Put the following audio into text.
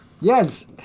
Yes